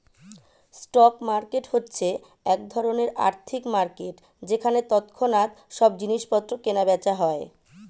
stock market হচ্ছে এক ধরণের আর্থিক মার্কেট যেখানে তৎক্ষণাৎ সব জিনিসপত্র কেনা বেচা হয়